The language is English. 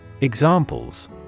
Examples